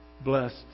blessed